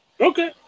Okay